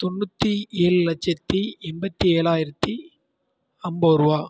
தொண்ணூற்றி ஏழு லச்சத்தி எண்பத்தி ஏழாயிரத்தி ஐம்பது ரூபா